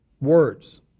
Words